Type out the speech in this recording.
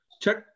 check